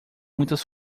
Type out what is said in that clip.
muitas